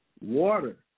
Water